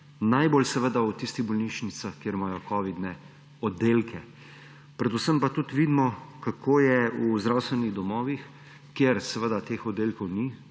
Najbolj seveda v tistih bolnišnicah, kjer imajo covidne oddelke, predvsem pa tudi vidimo, kako je v zdravstvenih domovih, kjer teh oddelkov ni,